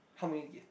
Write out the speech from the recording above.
how many gig